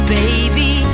baby